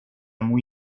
muy